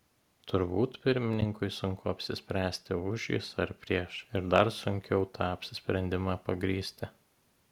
turbūt pirmininkui sunku apsispręsti už jis ar prieš ir dar sunkiau tą apsisprendimą pagrįsti